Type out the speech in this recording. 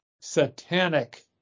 satanic